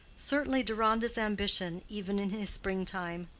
certainly deronda's ambition, even in his spring-time,